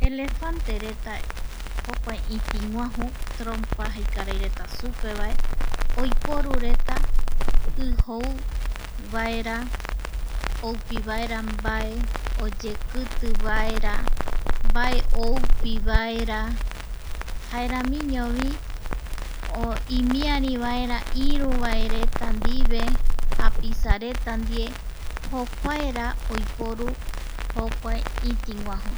Elefante reta jokua itiguaju trompa jei karaireta supe va oiporureta i jou vaera, oupi vaera mbae oyekiti vaera, mbae oupi vaera jaeramiñovi imiarivaera iru vaereta ndive japisareta ndie jokuaera oiporu jokua iti guaju.